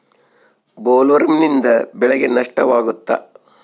ಬೊಲ್ವರ್ಮ್ನಿಂದ ಬೆಳೆಗೆ ನಷ್ಟವಾಗುತ್ತ?